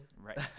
right